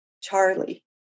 Charlie